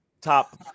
top